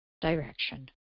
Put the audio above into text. direction